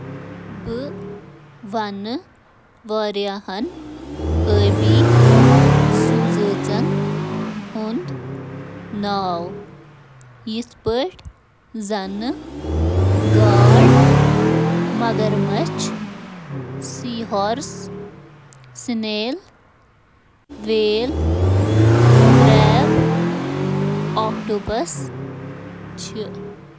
یتہٕ چِھ کینٛہہ قسمک سمندری مخلوق، shark, octopus, seahorse, turtle, starfish, crab, goldfish, sea lion, squid, seals, crayfish, dolphin.